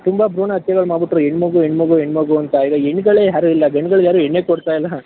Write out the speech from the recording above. ತುಂಬಾ ಭ್ರೂಣ ಹತ್ಯೆಗಳು ಮಾಡ್ಬಿಟ್ಟರು ಹೆಣ್ಣು ಮಗು ಹೆಣ್ಣು ಮಗು ಹೆಣ್ಣು ಮಗು ಅಂತ ಈಗ ಹೆಣ್ಣ್ಗಳೇ ಯಾರೂ ಇಲ್ಲ ಗಂಡುಗಳಿಗೆ ಯಾರು ಹೆಣ್ಣೇ ಕೊಡ್ತಾ ಇಲ್ಲ